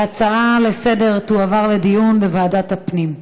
ההצעה לסדר-היום תועבר לדיון בוועדת הפנים.